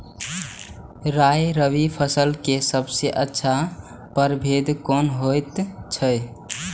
राय रबि फसल के सबसे अच्छा परभेद कोन होयत अछि?